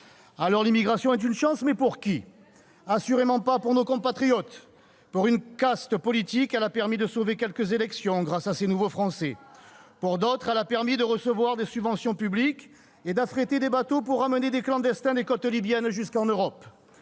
Alors, l'immigration est une chance, mais pour qui ? Assurément pas pour nos compatriotes. Pour une caste politique, elle a permis de sauver quelques élections grâce à ces nouveaux Français. Pour d'autres, elle a permis de recevoir des subventions publiques et d'affréter des bateaux pour ramener des clandestins des côtes libyennes jusqu'en Europe.